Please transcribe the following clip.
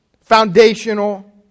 foundational